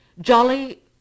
Jolly